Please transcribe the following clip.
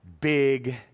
big